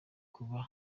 kuba